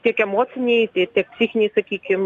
tiek emocinei tie tiek psichinei sakykim